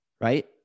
Right